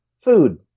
food